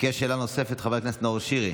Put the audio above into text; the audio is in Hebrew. חבר הכנסת נאור שירי